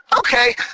okay